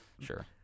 Sure